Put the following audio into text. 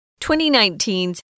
2019's